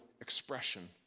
expression